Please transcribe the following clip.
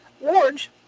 Orange